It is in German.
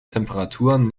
temperaturen